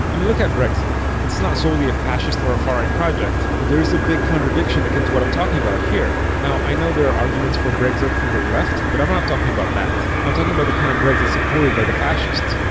i mean look at brexit. it's not solely a fascist or a far-right project, but there's a big contradiction akin to what i'm talking about here. now i know there are arguments for brexit from the left, but i'm not talking about that. i'm talking about the kind of brexit supported by the fascists.